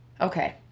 Okay